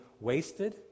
wasted